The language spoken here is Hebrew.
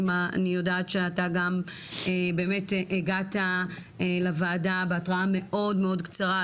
אני יודעת שאתה גם באמת הגעת לוועדה בהתראה מאוד מאוד קצרה.